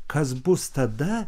kas bus tada